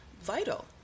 vital